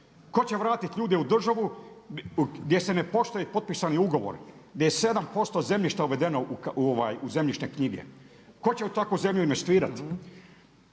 Ko će vratiti ljude u državu gdje se ne poštuje potpisani ugovor, gdje je 7% zemljišta uvedeno u zemljišne knjige? Tko će u takvu zemlju investirati?